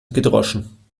gedroschen